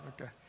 okay